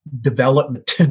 development